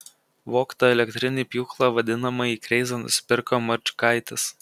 vogtą elektrinį pjūklą vadinamąjį kreizą nusipirko marčiukaitis